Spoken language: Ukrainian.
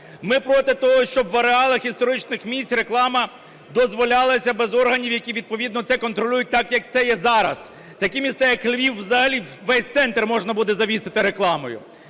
Ми проти того, щоб в ареалах історичних місць реклама дозволялась без органів, які відповідно це контролюють, так, як це є зараз. Такі міста, як Львів, взагалі весь центр можна буде завісити рекламою.